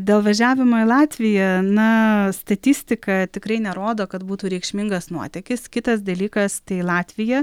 dėl važiavimo į latviją na statistika tikrai nerodo kad būtų reikšmingas nuotekis kitas dalykas tai latvija